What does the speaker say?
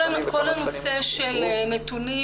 כל הנושא של נתונים,